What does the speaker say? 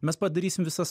mes padarysim visas